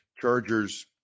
Chargers